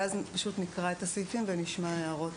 ואז נקרא את הסעיפים ונשמע הערות